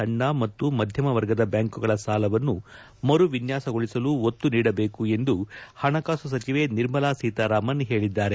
ಸಣ್ಣ ಹಾಗೂ ಮಧ್ಯಮ ವರ್ಗದ ಬ್ಹಾಂಕುಗಳ ಸಾಲವನ್ನು ಮರು ವಿನ್ಹಾಸಗೊಳಿಸಲು ಒತ್ತು ನೀಡಬೇಕು ಎಂದು ಹಣಕಾಸು ಸಚಿವೆ ನಿರ್ಮಲಾ ಸೀತಾರಾಮನ್ ಹೇಳಿದ್ದಾರೆ